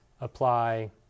apply